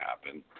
happen